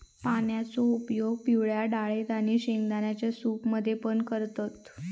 पानांचो उपयोग पिवळ्या डाळेत आणि शेंगदाण्यांच्या सूप मध्ये पण करतत